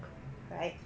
right